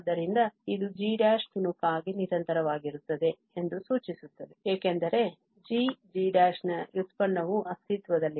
ಆದ್ದರಿಂದ ಇದು g ತುಣುಕಾಗಿ ನಿರಂತರವಾಗಿರುತ್ತದೆ ಎಂದು ಸೂಚಿಸುತ್ತದೆ ಏಕೆಂದರೆ g g ನ ವ್ಯುತ್ಪನ್ನವು ಅಸ್ತಿತ್ವದಲ್ಲಿದೆ